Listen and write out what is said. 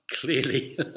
Clearly